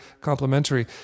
complementary